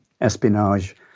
espionage